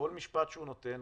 כל משפט שהוא נותן,